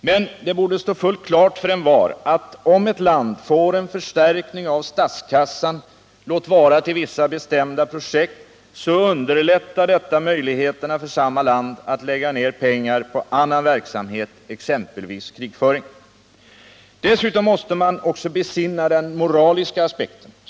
Men det borde stå fullt klart för envar att om ett land får en förstärkning av statskassan, låt vara till vissa bestämda projekt, så underlättar detta möjligheterna för samma land att lägga ned pengar på annan verksamhet, exempelvis krigföring. Dessutom måste man besinna den moraliska aspekten.